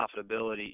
profitability